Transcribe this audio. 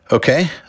Okay